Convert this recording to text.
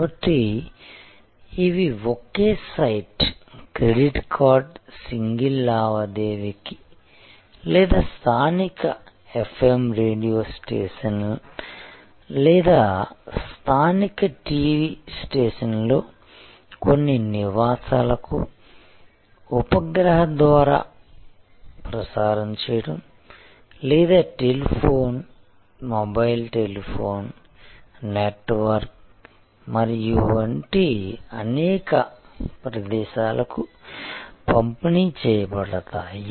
కాబట్టి ఇవి ఒకే సైట్ క్రెడిట్ కార్డ్ సింగిల్ లావాదేవీ లేదా స్థానిక ఎఫ్ఎమ్ రేడియో స్టేషన్ లేదా స్థానిక టివి స్టేషన్లో కొన్ని నివాసాలకు ఉపగ్రహ ద్వారా ప్రసారం చేయడం లేదా టెలిఫోన్ మొబైల్ టెలిఫోన్ నెట్వర్క్ మరియు వంటి అనేక ప్రదేశాలకు పంపిణీ చేయబడతాయి